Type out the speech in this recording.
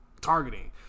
targeting